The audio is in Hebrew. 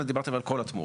אתם דיברתם על כל התמורות.